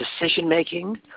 decision-making